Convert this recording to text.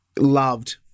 loved